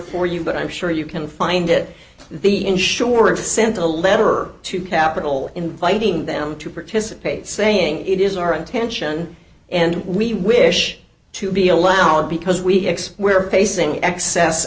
for you but i'm sure you can find it the insurer sent a letter to capital inviting them to participate saying it is our intention and we wish to be allowed because we expire facing excess